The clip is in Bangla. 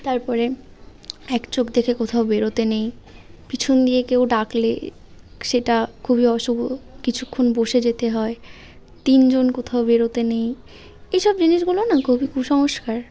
তার পরে এক চোখ দেখে কোথাও বেরোতে নেই পিছন দিয়ে কেউ ডাকলে এ সেটা খুবই অশুভ কিছুক্ষণ বসে যেতে হয় তিন জন কোথাও বেরোতে নেই এসব জিনিসগুলো না কুসংস্কার